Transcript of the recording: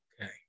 Okay